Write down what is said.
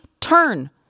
turn